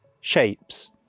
shapes